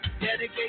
Dedicate